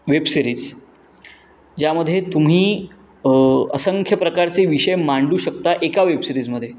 web series ज्यामध्ये तुम्ही असंख्य प्रकारचे विषय मांडू शकता एका वेबसिरीजमध्ये